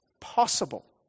possible